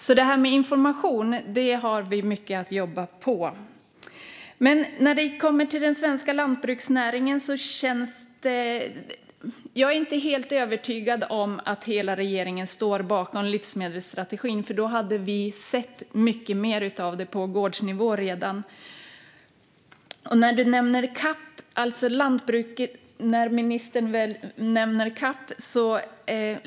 Vad gäller information har vi mycket att jobba på. Men när det kommer till den svenska lantbruksnäringen kan jag säga att jag inte är helt övertygad om att hela regeringen står bakom livsmedelsstrategin - då hade vi redan sett mycket mer av det på gårdsnivå. Ministern nämner CAP.